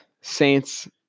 Saints